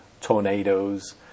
tornadoes